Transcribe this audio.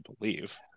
believe